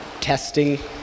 testing